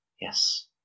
Yes